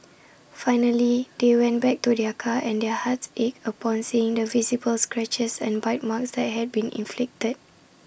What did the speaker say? finally they went back to their car and their hearts ached upon seeing the visible scratches and bite marks that had been inflicted